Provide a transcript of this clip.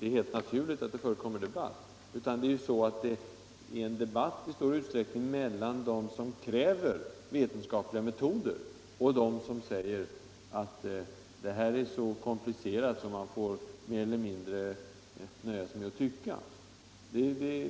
det helt naturligt att det förekommer debatt, utan det är i stor utsträckning en debatt mellan dem som kräver vetenskapliga metoder och dem som säger att detta är så komplicerat att man mer eller mindre får nöja sig med att tycka.